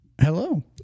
Hello